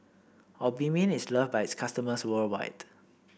Obimin is loved by its customers worldwide